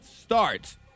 starts